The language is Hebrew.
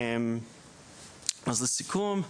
אז לסיכום,